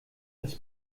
das